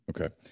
okay